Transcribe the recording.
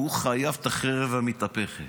הוא חייב את החרב המתהפכת,